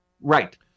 Right